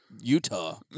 Utah